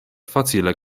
facile